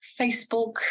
Facebook